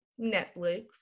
Netflix